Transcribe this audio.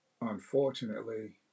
Unfortunately